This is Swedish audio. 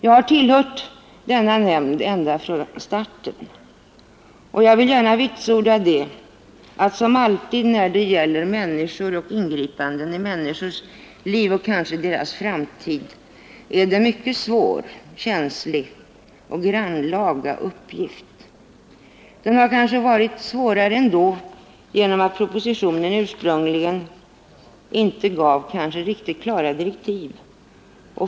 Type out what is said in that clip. Jag har tillhört denna nämnd ända sedan starten, och jag vill gärna vitsorda att uppgiften att vara ledamot av nämnden — som alltid när det gäller människor och ingripanden i människors liv och kanske deras framtid — är mycket svår, känslig och grannlaga. Den har kanske varit ännu svårare än nödvändigt genom att propositionen inte från början gav riktigt klara direktiv.